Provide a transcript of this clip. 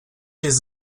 jest